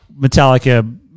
Metallica